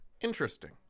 Interesting